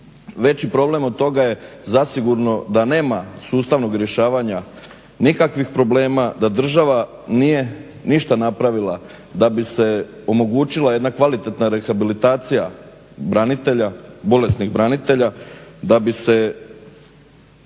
Veći problem od toga je zasigurno da nema sustavnog rješavanja nikakvih problema, da država nije ništa napravila da bi se omogućila jedna kvalitetna rehabilitacija branitelja, bolesnih branitelja, da bi se